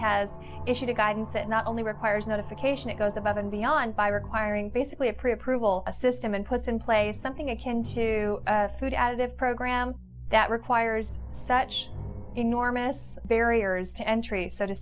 has issued a guidance that not only requires notification it goes above and beyond by requiring basically a pre approval a system and puts in place something akin to a food additive program that requires such enormous barriers to entry so to